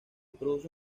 produce